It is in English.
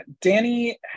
Danny